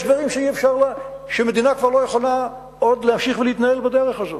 יש דברים שמדינה לא יכולה עוד להמשיך ולהתנהל על-פיהם בדרך הזאת.